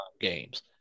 games